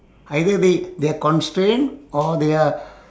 either they they are constrain or they are